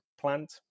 plant